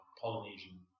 Polynesian